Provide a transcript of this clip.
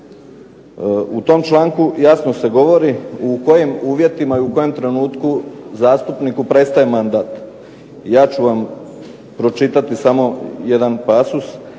U tom članku jasno se govori u kojim uvjetima i u kojem trenutku zastupniku prestaje mandat. Ja ću vam pročitati samo jedan pasos.